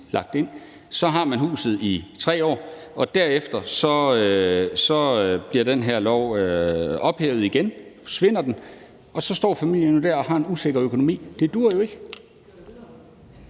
lagt ind. Så har de huset i 3 år, og derefter bliver den her lov ophævet igen – den forsvinder – og så står familien jo der og har en usikker økonomi. Det duer jo ikke.